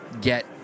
get